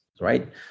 right